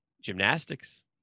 gymnastics